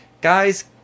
Guys